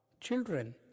Children